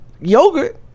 Yogurt